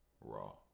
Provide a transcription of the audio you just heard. raw